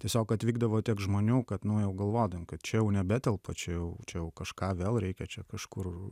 tiesiog atvykdavo tiek žmonių kad nu jau galvodavom kad čia jau nebetelpa tačiau jau tačiau jau kažką vėl reikia čia kažkur